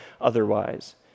otherwise